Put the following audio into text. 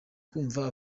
kumva